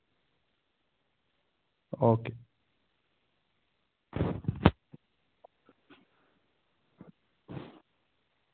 okay